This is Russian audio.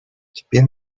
теперь